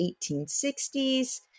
1860s